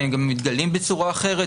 הם גם מתגלים בצורה אחרת,